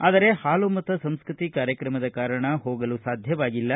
ಆದರೆ ಹಾಲುಮತ ಸಂಸ್ಕೃತಿ ಕಾರ್ಯಕ್ರಮದ ಕಾರಣ ಹೋಗಲು ಸಾಧ್ಯವಾಗಿಲ್ಲ